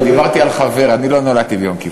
לא, דיברתי על חבר, אני לא נולדתי ביום כיפור.